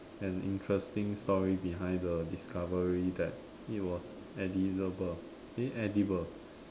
an interesting story behind the discovery that it was edisible eh edible